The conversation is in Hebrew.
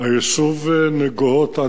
1 2. היישוב נגוהות,